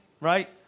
right